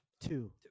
Two